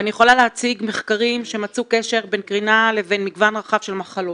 ואני יכולה להציג מחקרים שמצאו קשר בין קרינה לבין מגוון רחב של מחלות.